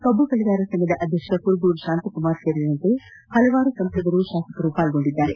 ಕಬ್ಬು ದೆಳೆಗಾರರ ಸಂಘದ ಅಧ್ಯಕ್ಷ ಕುರುಬೂರು ಶಾಂತಕುಮಾರ್ ಸೇರಿದಂತೆ ಪಲವಾರು ಸಂಸದರು ತಾಸಕರು ಪಾಲ್ಗೊಂಡಿದ್ದಾರೆ